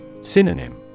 Synonym